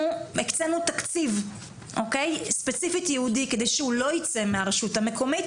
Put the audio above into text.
הקצינו תקציב ייעודי ספציפי כדי שהוא לא ייצא מהרשות המקומית,